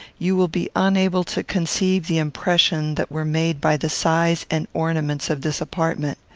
you will be unable to conceive the impressions that were made by the size and ornaments of this apartment.